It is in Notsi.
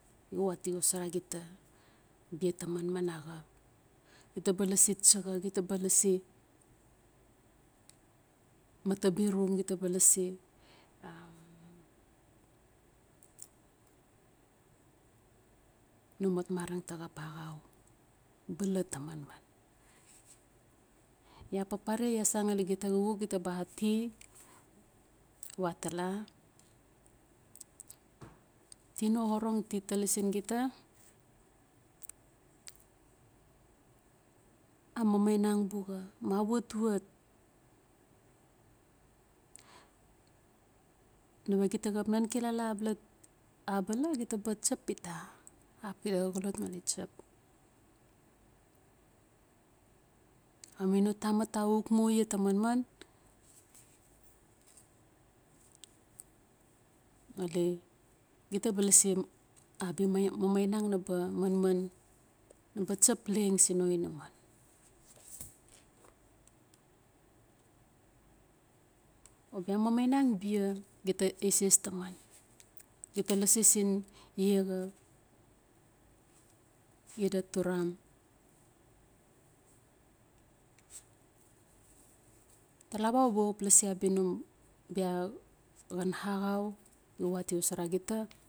Iwa ti xosara gita bia ta manman axau, gita ba lasi a no mat mareng ta xap axau bala ta manman. Ya papare ya san ngali gita xuxuk gita ba ati we atala, tino orong ti tali sin gita a mamainang buxa. a watwat nawe gita xap nan kilala abala gita ba chap it? Axap xida xa xolot ngali chap. Amuina tamat axuk mu ya ta manman ngali gita ba lasi abia mamainan naba manman chap leng sin no inaman. O bia mamainang bia gita eses taman gita lasi sin yaxa xida turam. Talawa u ba xap lasi abia num bia xan axau iwa ti xosora gita.